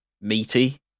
meaty